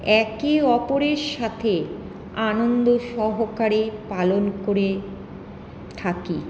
একে অপরের সাথে আনন্দ সহকারে পালন করে থাকি